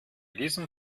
diesem